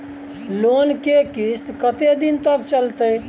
Loan के किस्त कत्ते दिन तक चलते?